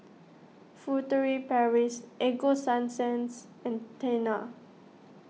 Furtere Paris Ego Sunsense and Tena